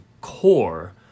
core